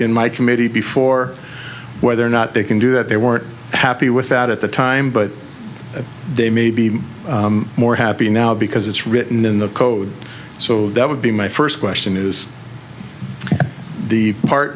in my committee before whether or not they can do that they weren't happy with that at the time but they may be more happy now because it's written in the code so that would be my first question is the part